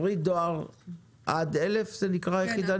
קרי: דואר עד 1,000 פריטים.